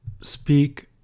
speak